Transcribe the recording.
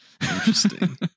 interesting